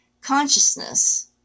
consciousness